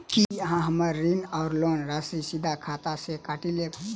की अहाँ हम्मर ऋण वा लोन राशि सीधा खाता सँ काटि लेबऽ?